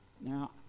Now